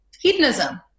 hedonism